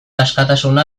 askatasuna